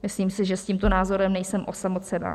Myslím si, že s tímto názorem nejsem osamocená.